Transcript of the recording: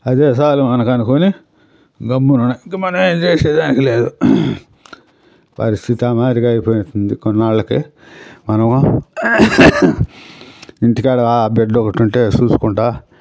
అదే చాలు మనకి అనుకుని గమ్మున ఇంక మనం ఏం చేసేదానికి లేదు పరిస్థితి అయిపోతుంది కొన్నాళ్ళకి మనము ఇంటి కాడ ఆ బిడ్డ ఒకటి ఉంటే చూసుకుంటూ